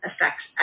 affects